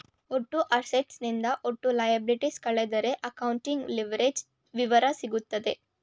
ಒಟ್ಟು ಅಸೆಟ್ಸ್ ನಿಂದ ಒಟ್ಟು ಲಯಬಲಿಟೀಸ್ ಕಳೆದರೆ ಅಕೌಂಟಿಂಗ್ ಲಿವರೇಜ್ಡ್ ವಿವರ ಸಿಗುತ್ತದೆ